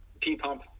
p-pump